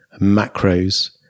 macros